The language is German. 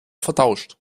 vertauscht